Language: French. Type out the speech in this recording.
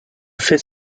fait